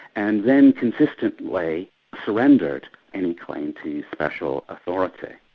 and then consistently surrendered any claim to special authority.